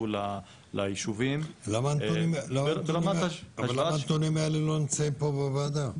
לישובים --- למה הנתונים האלה לא נמצאים פה בוועדה?